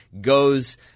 goes